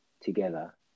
together